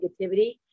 negativity